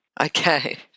Okay